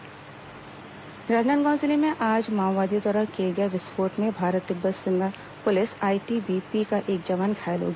माओवादी विस्फोट राजनांदगांव जिले में आज माओवादियों द्वारा किए गए विस्फोट में भारत तिब्बत सीमा पुलिस आईटीबीपी का एक जवान घायल हो गया